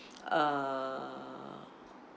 a